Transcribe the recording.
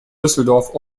düsseldorf